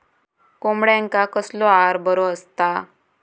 कोंबड्यांका कसलो आहार बरो असता?